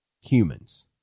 humans